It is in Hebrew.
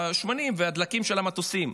שמנים ודלקים של המטוסים.